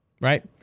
right